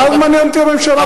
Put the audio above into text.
מה מעניינת אותי הממשלה?